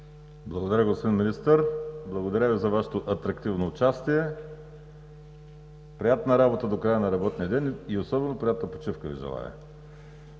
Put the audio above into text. Благодаря, господин Министър! Благодаря Ви за Вашето атрактивно участие! Приятна работа до края на работния ден и особено приятна почивка Ви желая.